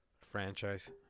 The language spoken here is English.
Franchise